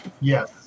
yes